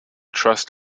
trust